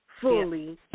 fully